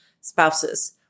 spouses